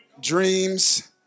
Dreams